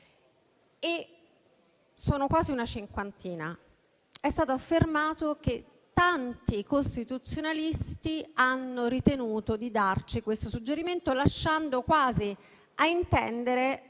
Sono quasi una cinquantina. È stato affermato che tanti costituzionalisti hanno ritenuto di darci questo suggerimento, lasciando quasi ad intendere